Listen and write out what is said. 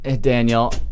Daniel